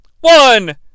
One